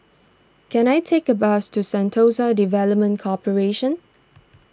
can I take a bus to Sentosa Development Corporation